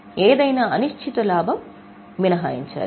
ఏదైనా అనిశ్చిత లాభం మినహాయించాలి